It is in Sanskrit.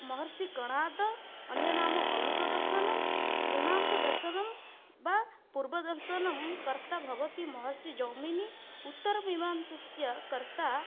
महर्षिकणादः अन्यनाम औलुकदर्शनं मीमांसादर्शनं वा पूर्वदर्शनं कर्ता भवति महर्षिजैमिनिः उत्तरमीमांसायाः कर्ता